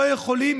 לא יכולים,